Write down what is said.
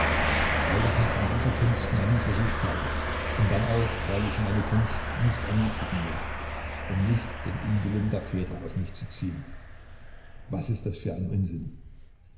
weil ich mich in dieser kunst noch nie versucht habe und dann auch weil ich meine kunst nicht er niedrigen will um nicht den unwillen der väter auf mich zu ziehen was ist das für ein unsinn